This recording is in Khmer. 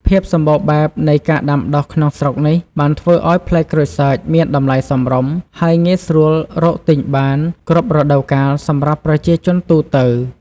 ភាពសម្បូរបែបនៃការដាំដុះក្នុងស្រុកនេះ បានធ្វើឱ្យផ្លែក្រូចសើចមានតម្លៃសមរម្យ ហើយងាយស្រួលរកទិញបានគ្រប់រដូវកាលសម្រាប់ប្រជាជនទូទៅ។